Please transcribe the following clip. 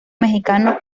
mexicano